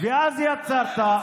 ואז יצרת,